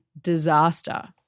disaster